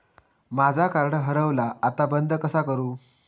माझा कार्ड हरवला आता बंद कसा करू?